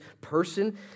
person